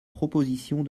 proposition